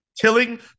Killing